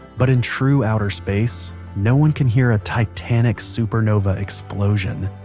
but in true outer space no one can hear a titanic supernova explosion,